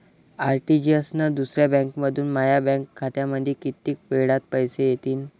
RTGS न दुसऱ्या बँकेमंधून माया बँक खात्यामंधी कितीक वेळातं पैसे येतीनं?